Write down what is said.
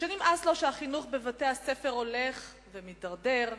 שנמאס לו שהחינוך בבתי-הספר הולך ומידרדר,